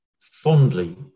fondly